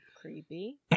Creepy